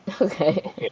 Okay